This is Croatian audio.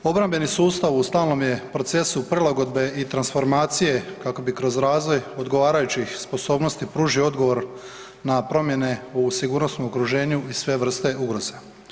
Obrambeni sustav u stalnom je procesu prilagodbe i transformacije kako bi kroz razvoj odgovarajućih sposobnosti pružio odgovor na promjene u sigurnosnom okruženju i sve vrste ugroze.